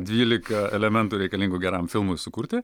dvylika elementų reikalingų geram filmui sukurti